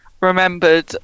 remembered